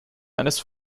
eines